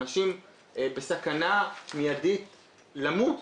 אנשים בסכנה מיידית למות.